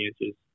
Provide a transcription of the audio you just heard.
inches